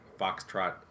Foxtrot